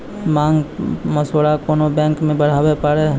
मांग मसौदा कोन्हो बैंक मे बनाबै पारै